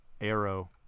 Arrow